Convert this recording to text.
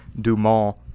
Dumont